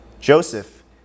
Joseph